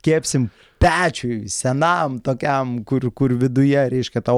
kepsim pečiuj senam tokiam kur kur viduje reiškia ta